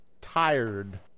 tired